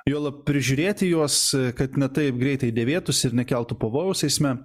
juolab prižiūrėti juos kad ne taip greitai dėvėtųsi ir nekeltų pavojaus eisme